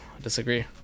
disagree